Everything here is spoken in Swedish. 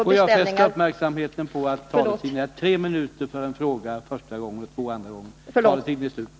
Får jag fästa uppmärksamheten på att taletiden vid fråga är tre minuter första gången och två minuter andra gången.